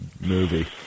movie